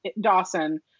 Dawson